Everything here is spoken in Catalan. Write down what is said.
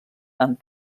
amb